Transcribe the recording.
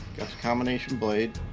combination blade.